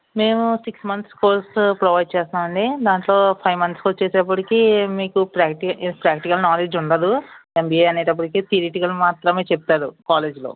మేము six months కోర్సుతో provide చేస్తామండి దాంట్లో ఫైవ్ మంత్స్కి వచ్చేటప్పటికి మీకు ప్రాక్టి ప్రాక్టికల్ నాలెడ్జ్ ఉండదు ఎంబీఏ అనేటప్పటికి తీరిటికల్ మాత్రమే చెప్తారు కాలేజీలో